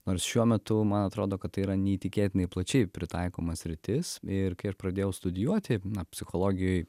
nors šiuo metu man atrodo kad tai yra neįtikėtinai plačiai pritaikoma sritis ir kai aš pradėjau studijuoti na psichologijoj